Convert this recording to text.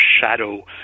shadow